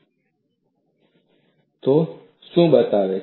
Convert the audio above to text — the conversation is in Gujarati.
તો તે શું બતાવે છે